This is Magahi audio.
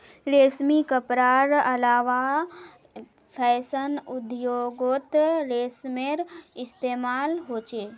रेशमी कपडार अलावा फैशन उद्द्योगोत रेशमेर इस्तेमाल होचे